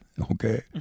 Okay